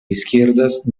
izquierdas